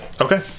Okay